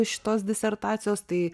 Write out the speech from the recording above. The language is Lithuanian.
šitos disertacijos tai